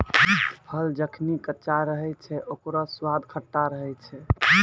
फल जखनि कच्चा रहै छै, ओकरौ स्वाद खट्टा रहै छै